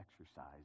exercise